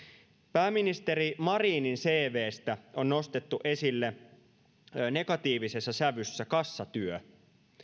pääministeri marinin cvstä on nostettu esille negatiivisessa sävyssä kassatyö